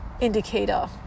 indicator